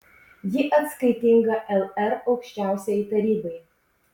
ji atskaitinga lr aukščiausiajai tarybai